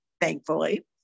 Thankfully